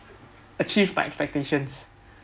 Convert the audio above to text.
achieve my expectations